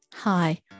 Hi